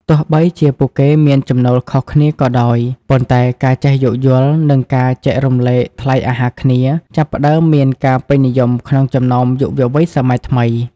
ទោះបីជាពួកគេមានចំណូលខុសគ្នាក៏ដោយ ប៉ុន្តែការចេះយោគយល់ និងការចែករំលែកថ្លៃអាហារគ្នា ចាប់ផ្តើមមានការពេញនិយមក្នុងចំណោមយុវវ័យសម័យថ្មី។